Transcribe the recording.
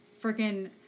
freaking